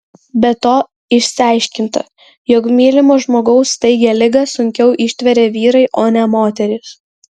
be to išsiaiškinta jog mylimo žmogaus staigią ligą sunkiau ištveria vyrai o ne moterys